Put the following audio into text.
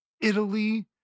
Italy